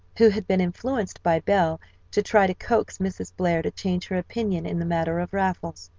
who had been influenced by belle to try to coax mrs. blair to change her opinion in the matter of raffles.